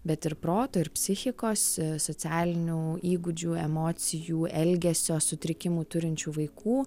bet ir proto ir psichikos socialinių įgūdžių emocijų elgesio sutrikimų turinčių vaikų